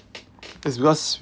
is because